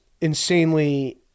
insanely